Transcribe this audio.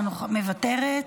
מוותרת,